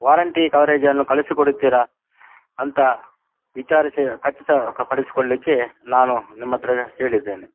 warranty ಕವರೇಜನ್ನು ಕಳಿಸಿಕೊಡುತ್ತೀರಾ ಅಂತ ವಿಚಾರಿಸಿ ಖಚಿತಪಡಿಸಿಕೊಳ್ಲಿಕ್ಕೆ ನಾನು ನಿಮ್ಮ ಹತ್ತಿರ ಕೇಳಿದ್ದೇನೆ